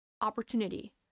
Opportunity